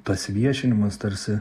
tas viešinimas tarsi